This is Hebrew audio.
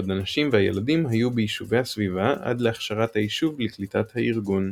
בעוד הנשים והילדים היו בישובי הסביבה עד להכשרת היישוב לקליטת הארגון.